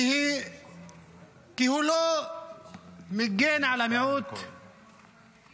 כי הוא לא מגן על המיעוט כאן.